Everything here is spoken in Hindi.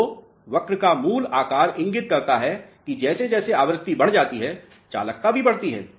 तो वक्र का मूल आकार इंगित करता है कि जैसे जैसे आवृत्ति बढ़ जाती है चालकता भी बढ़ती है